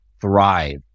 thrive